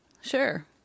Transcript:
Sure